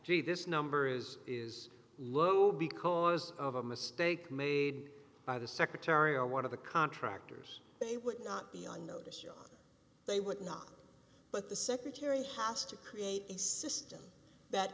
gee this number is is low because of a mistake made by the secretary or one of the contractors they would not be on notice they would not but the secretary haas to create a system that